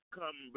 come